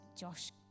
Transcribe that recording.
Josh